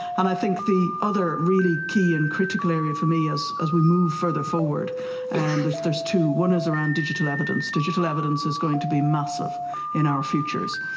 and i think the other really key and critical area for me as as we move further forward and there's there's two, one is around digital evidence. digital evidence is going to be massive in our futures.